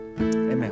Amen